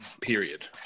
period